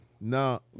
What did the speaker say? No